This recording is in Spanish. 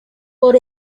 por